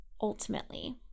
ultimately